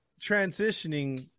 transitioning